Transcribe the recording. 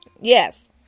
Yes